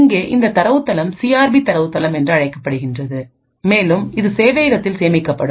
இங்கே இந்த தரவுத்தளம் சிஆர்பி தரவுத்தளம் என்று அழைக்கப்படுகிறது மேலும் இது சேவையகத்தில் சேமிக்கப்படும்